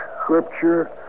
scripture